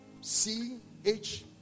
C-H